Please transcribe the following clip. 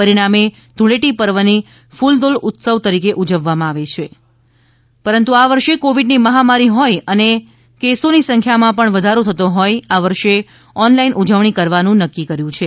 પરિણામે ધૂળેટી પર્વની ફૂલદોલ ઉત્સવ તરીકે ઉજવવામાં આવે છે પરંતુ આ વર્ષે કોવીડની મહામારી હોઈ અને કેસોની સખ્યામાં વધારો થતો હોઈ આ વર્ષે ઓનલાઈન ઉજવણી કરવાનું નક્કી કર્યું છે